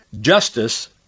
justice